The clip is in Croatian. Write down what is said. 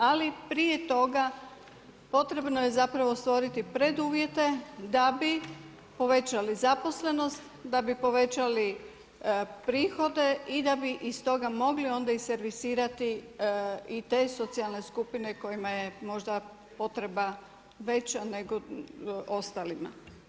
Ali prije toga potrebno je stvoriti preduvjete da bi povećali zaposlenost, da bi povećali prihode i da bi iz toga onda mogli i servisirati i te socijalne skupine kojima je možda potreba veća nego ostalima.